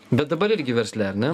bet dabar irgi versle ar ne